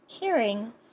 caring